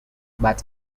but